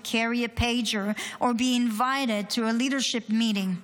carry a pager or be invited to a leadership meeting.